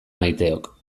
maiteok